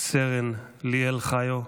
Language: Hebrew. סרן ליאל חיו,